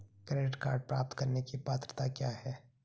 Credit card प्राप्त करने की पात्रता क्या है?